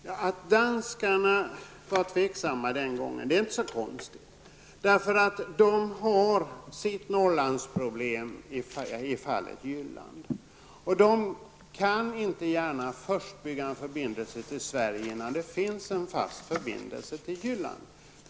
Herr talman! Att danskarna var tveksamma den gången är inte så konstigt. De har nämligen sitt Norrlandsproblem i fallet Jylland, och de kan inte gärna bygga en fast förbindelse till Sverige innan det finns en fast förbindelse till Jylland.